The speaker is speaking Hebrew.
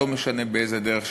לא משנה באיזו דרך,